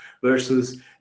versus